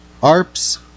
ARPS